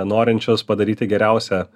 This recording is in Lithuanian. norinčius padaryti geriausią